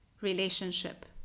relationship